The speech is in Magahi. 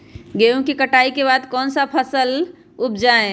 गेंहू के कटाई के बाद कौन सा फसल उप जाए?